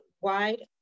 wide